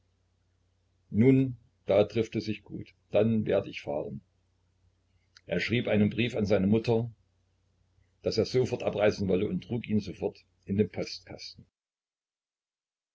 nun da trifft es sich gut dann werd ich fahren er schrieb einen brief an seine mutter daß er sofort abreisen wolle und trug ihn sofort in den postkasten